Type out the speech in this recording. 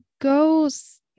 goes